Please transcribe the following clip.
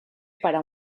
para